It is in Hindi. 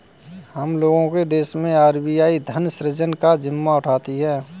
हम लोग के देश मैं आर.बी.आई धन सृजन का जिम्मा उठाती है